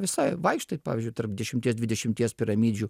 visai vaikštai pavyzdžiui tarp dešimties dvidešimties piramidžių